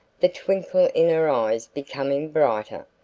the twinkle in her eyes becoming brighter.